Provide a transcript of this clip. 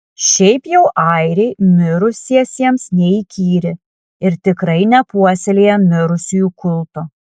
šiaip jau airiai mirusiesiems neįkyri ir tikrai nepuoselėja mirusiųjų kulto